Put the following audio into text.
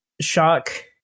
Shock